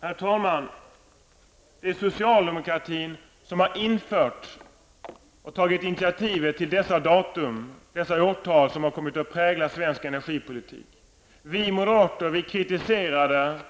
Herr talman! Det är socialdemokratin som tagit initiativet till och infört dessa årtal som kommit att prägla svensk energipolitik. Vi moderater kritiserade